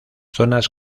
zonas